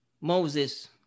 Moses